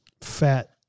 Fat